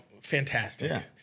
Fantastic